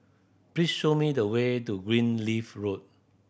please show me the way to Greenleaf Road